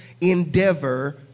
endeavor